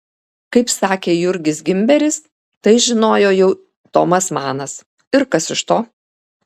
kaip sakė jurgis gimberis tai žinojo jau tomas manas ir kas iš to